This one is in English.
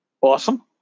Awesome